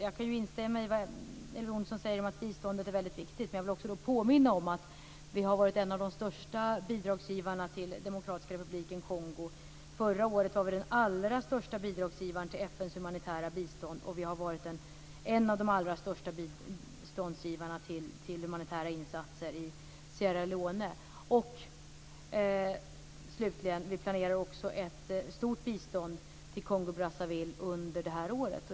Jag kan instämma i vad Elver Jonsson säger om att biståndet är väldigt viktigt, men jag vill också påminna om att Sverige har varit en av de största bidragsgivarna till Demokratiska republiken Kongo. Förra året var Sverige den allra största bidragsgivaren till FN:s humanitära bistånd, och Sverige har varit en av de största biståndsgivarna till humanitära insatser i Sierra Leone. Ett stort bistånd planeras till Kongo-Brazzaville under detta år.